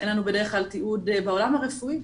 אין לנו בדרך כלל תיעוד בעולם הרפואי.